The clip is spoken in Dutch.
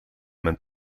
mijn